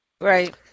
Right